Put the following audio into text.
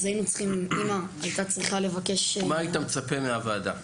אז אימא הייתה צריכה לבקש --- מה היית מצפה מהוועדה?